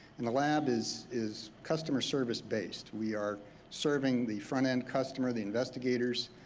and the lab is is customer service based. we are serving the front end customer, the investigators,